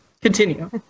Continue